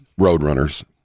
Roadrunners